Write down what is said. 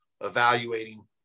evaluating